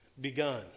begun